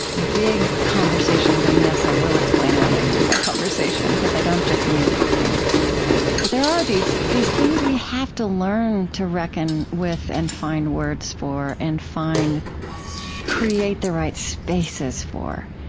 big conversations. and yes, i will explain what i mean by conversation because i don't just mean talking but there are these these things we have to learn to reckon with and find words for and create the right spaces for.